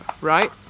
Right